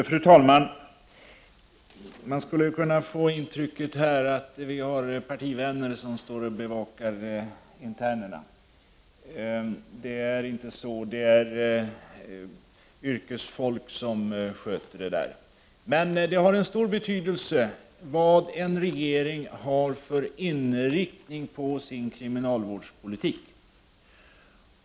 Fru talman! Man skulle här kunna få intrycket att vi har partivänner som står och bevakar internerna. Det är inte så. Det är yrkesfolk som sköter det. Men det har stor betydelse vilken inriktning en regering har på sin kriminalvårdspolitik.